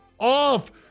Off